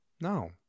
No